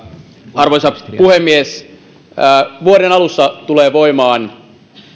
arvoisa puhemies vuoden alussa tulee voimaan